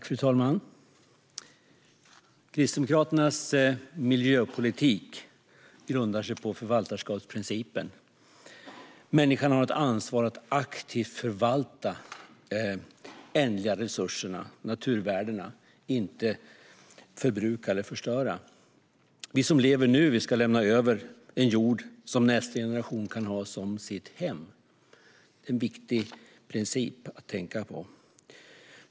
Fru talman! Kristdemokraternas miljöpolitik grundar sig på förvaltarskapsprincipen. Människan har ett ansvar för att aktivt förvalta de ändliga resurserna och naturvärdena och inte förbruka eller förstöra dem. Vi som lever nu ska överlämna en jord som nästa generation kan ha som sitt hem. Det är en viktig princip att tänka på.